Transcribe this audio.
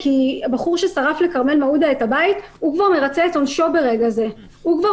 הבחור ששרף לכרמל מעודה את הבית הוא כבר